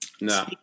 No